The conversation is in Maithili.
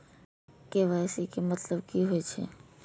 के.वाई.सी के मतलब कि होई छै?